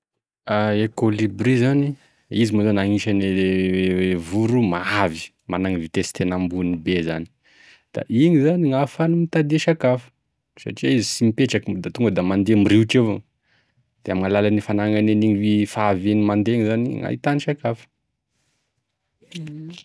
E kolibry zany izy agnisan'e voro mahavy managny vitesy tena ambony zany.da igny gn'ahafahany mitadia sakafo satria izy sy mipetraky moa da tonga da mandia miriotry evao da ame alalan'e fagnanagny agn'igny fahaviany mandeha igny gn'ahitany sakafo.